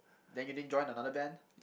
then you didn't join another band